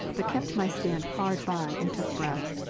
but kept my stand hard by, and took breath.